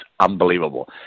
unbelievable